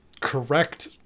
correct